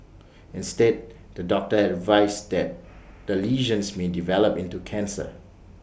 instead the doctor had advised that the lesions may develop into cancer